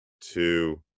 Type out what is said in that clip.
two